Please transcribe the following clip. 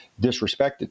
disrespected